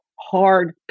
hard